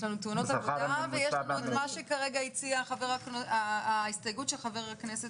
יש לנו תאונות עבודה ויש לנו את ההסתייגות של חבר הכנסת